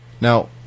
Now